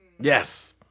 Yes